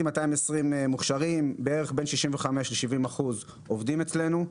220 מוכשרים, בין 65 ל-70 אחוזים עובדים אצלנו.